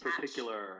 particular